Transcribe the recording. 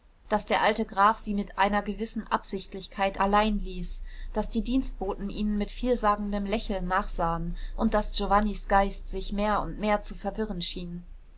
daß der alte graf sie mit einer gewissen absichtlichkeit allein ließ daß die dienstboten ihnen mit vielsagendem lächeln nachsahen und daß giovannis geist sich mehr und mehr zu verwirren schien